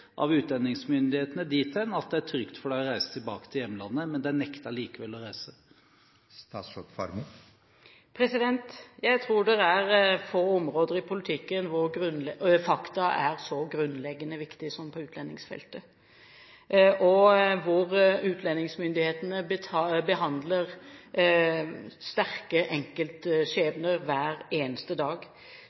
av utlendingsmyndighetene dit hen at det er trygt for dem å reise tilbake til hjemlandet, men som likevel nekter å reise? Jeg tror det er få områder i politikken hvor fakta er så grunnleggende viktig som på utlendingsfeltet, og utlendingsmyndighetene behandler sterke enkeltskjebner hver eneste dag.